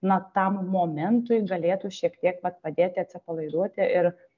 na tam momentui galėtų šiek tiek vat padėti atsipalaiduoti ir